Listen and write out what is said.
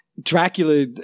Dracula